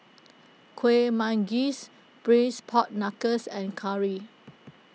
Kueh Manggis Braised Pork Knuckles and Curry